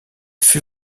fut